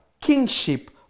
kingship